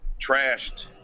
trashed